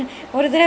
!aiyo!